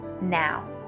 now